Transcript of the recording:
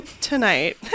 tonight